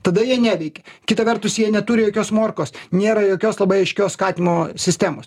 tada jie neveikia kita vertus jie neturi jokios morkos nėra jokios labai aiškios skatimo sistemos